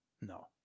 No